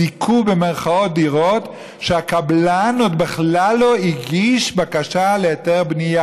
"זיכו" דירות שהקבלן עוד בכלל לא הגיש בקשה להיתר בנייה.